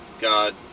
God